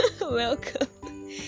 welcome